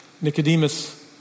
Nicodemus